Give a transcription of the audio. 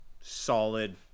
solid